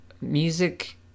music –